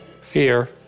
Fear